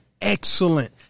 excellent